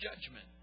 judgment